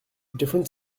different